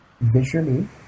visually